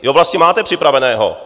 Jo vlastně máte připraveného.